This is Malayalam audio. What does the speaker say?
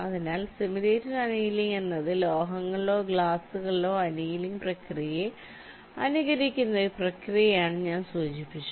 അതിനാൽ സിമുലേറ്റഡ് അനിയലിംഗ് എന്നത് ലോഹങ്ങളിലോ ഗ്ലാസുകളിലോ അനിയലിംഗ് പ്രക്രിയയെ അനുകരിക്കുന്ന ഒരു പ്രക്രിയയാണെന്ന് ഞാൻ സൂചിപ്പിച്ചു